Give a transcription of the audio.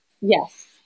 Yes